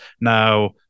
now